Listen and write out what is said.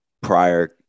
prior